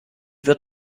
wird